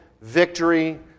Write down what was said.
victory